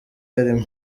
yarimo